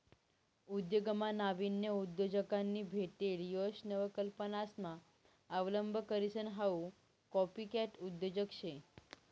उद्योगमा नाविन उद्योजकांनी भेटेल यश नवकल्पनासना अवलंब करीसन हाऊ कॉपीकॅट उद्योजक शे